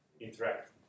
interact